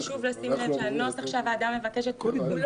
חשוב לשים לב שהנוסח שהוועדה מבקשת לא